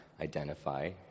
identify